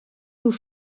woe